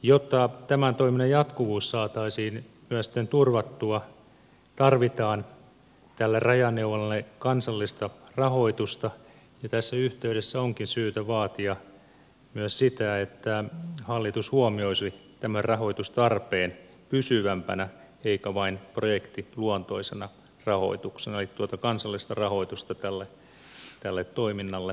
jotta myös tämän toiminnan jatkuvuus saataisiin turvattua tarvitaan tälle rajaneuvonnalle kansallista rahoitusta ja tässä yhteydessä onkin syytä vaatia myös sitä että hallitus huomioisi tämän rahoitustarpeen pysyvämpänä eikä vain projektiluonteisena rahoituksena eli tuota kansallista rahoitusta tälle toiminnalle tarvitaan